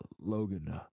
Logan